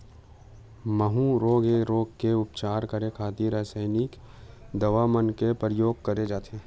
माहूँ रोग ऐ रोग के उपचार करे खातिर रसाइनिक दवा मन के परियोग करे जाथे